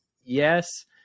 Yes